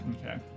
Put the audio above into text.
Okay